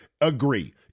agree